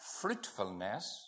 fruitfulness